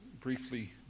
briefly